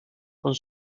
con